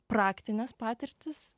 praktines patirtis